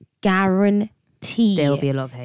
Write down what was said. guarantee